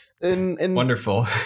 wonderful